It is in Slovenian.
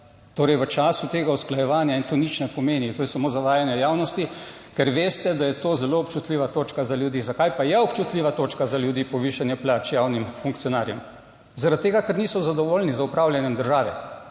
Torej v času tega usklajevanja in to nič ne pomeni, to je samo zavajanje javnosti, ker veste, da je to zelo občutljiva točka za ljudi. Zakaj pa je občutljiva točka za ljudi povišanje plač javnim funkcionarjem? Zaradi tega, ker niso zadovoljni z upravljanjem države.